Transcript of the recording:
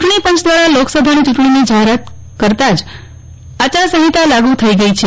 ચૂંટણી પંચ દ્વારા લોકસભાની ચૂંટણીની જાહેરાત કરતાં જ આચારસંહિતા લાગૂ થઇ ગઇ છે